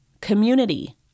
community